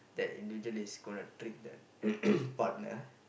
that individual is gonna treat that partner